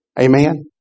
Amen